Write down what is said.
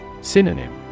Synonym